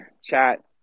chat